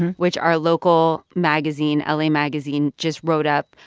and which our local magazine, ah la magazine, just wrote up,